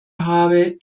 habe